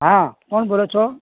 હાં કોણ બોલો છો